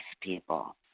people